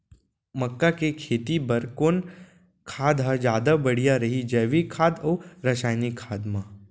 मक्का के खेती बर कोन खाद ह जादा बढ़िया रही, जैविक खाद अऊ रसायनिक खाद मा?